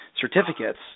certificates